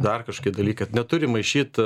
dar kažkokie dalykai neturi maišyt